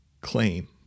claim